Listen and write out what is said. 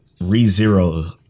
ReZero